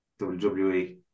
WWE